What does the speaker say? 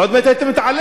עוד מעט היית מתעלף,